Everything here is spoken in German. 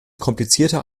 komplizierter